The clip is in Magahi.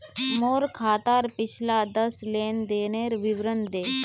मोर खातार पिछला दस लेनदेनेर विवरण दे